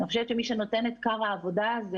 אני חושבת שמי שנותן את כר העבודה הזה,